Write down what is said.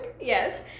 Yes